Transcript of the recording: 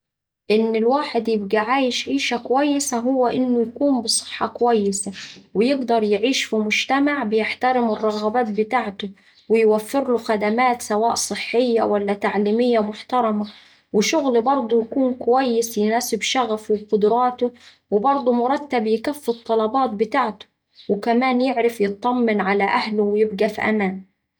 إن الواحد يبقا عايش عيشة كويسة هو إنه يكون بصحة كويسة ويقدر يعيش في مجتمع بيحترم الرغبات بتاعته ويوفرله خدمات سواء صحية ولا تعليمية محترمة وشغل برضه يكون كويس يناسب شغفه وقدراته وبرضه مرتب يكفي الطلبات بتاعته وكمان يعرف يطمن على أهله ويبقا في أمان.